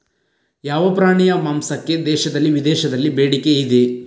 ಯಾವ ಪ್ರಾಣಿಯ ಮಾಂಸಕ್ಕೆ ದೇಶದಲ್ಲಿ ವಿದೇಶದಲ್ಲಿ ಬೇಡಿಕೆ ಇದೆ?